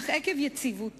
אך עקב יציבותה,